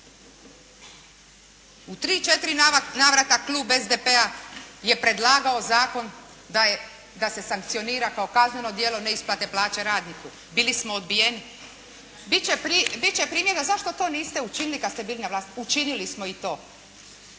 četiri navrata klub SDP-a je predlagao zakon da je, da se sankcionira kao kazneno djelo neisplate plaća radniku, bili smo odbijeni. Biti će primjedba zašto to niste učinili kada ste bili na vlasti, učinili smo i to!